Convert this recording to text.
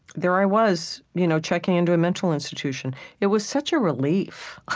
there i was, you know checking into a mental institution. it was such a relief.